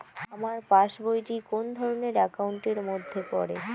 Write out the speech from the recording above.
আমার পাশ বই টি কোন ধরণের একাউন্ট এর মধ্যে পড়ে?